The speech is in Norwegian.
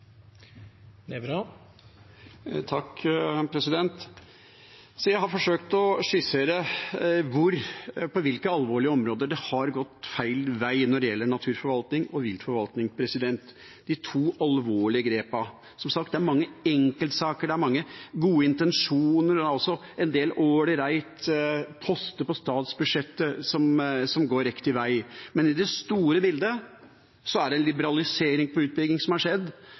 Jeg har forsøkt å skissere på hvilke områder det har gått feil vei når det gjelder naturforvaltning og viltforvaltning – de to alvorlige grepene. Som sagt: Det er mange enkeltsaker, det er mange gode intensjoner, og det er også en del ålreite poster på statsbudsjettet som går riktig vei. Men i det store bildet er det en liberalisering av utbygging som har skjedd,